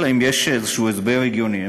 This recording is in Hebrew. אלא אם כן יש איזה הסבר הגיוני.